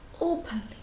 openly